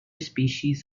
species